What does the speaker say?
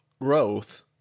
growth